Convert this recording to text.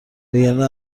وگرنه